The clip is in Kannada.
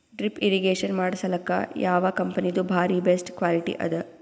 ಡ್ರಿಪ್ ಇರಿಗೇಷನ್ ಮಾಡಸಲಕ್ಕ ಯಾವ ಕಂಪನಿದು ಬಾರಿ ಬೆಸ್ಟ್ ಕ್ವಾಲಿಟಿ ಅದ?